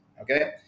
Okay